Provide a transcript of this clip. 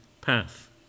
path